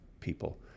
people